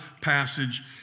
passage